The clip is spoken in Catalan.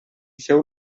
feu